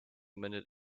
minute